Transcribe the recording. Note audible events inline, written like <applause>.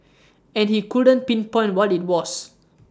<noise> and he couldn't pinpoint what IT was <noise>